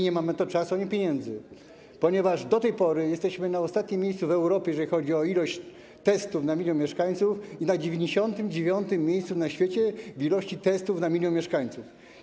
Nie mamy na to czasu ani pieniędzy, ponieważ do tej pory jesteśmy na ostatnim miejscu w Europie, jeżeli chodzi o ilość testów na milion mieszkańców, i na 99. miejscu na świecie pod względem ilości testów na milion mieszkańców.